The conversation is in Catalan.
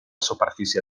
superfície